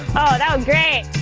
that was great,